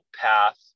Path